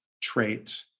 trait